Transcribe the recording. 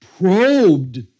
probed